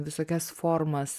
visokias formas